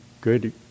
good